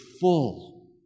full